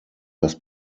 das